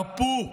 הרפו.